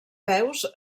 peus